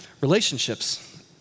relationships